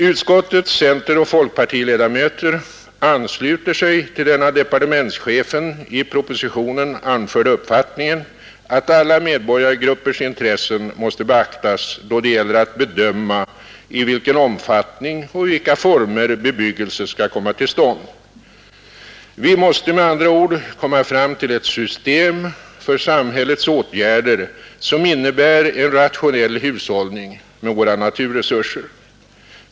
Utskottets centeroch folkpartiledamöter ansluter sig till den av departementschefen i propositionen anförda uppfattningen, att alla medborgargruppers intressen måste beaktas då det gäller att bedöma i vilken omfattning och i vilka former bebyggelse skall komma till stånd. Vi måste med andra ord nå fram till ett system för samhällets åtgärder, som innebär en rationell hushållning med våra naturresurser.